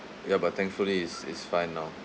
ya but thankfully it's it's fine now